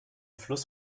fluss